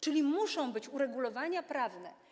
Czyli muszą być uregulowania prawne.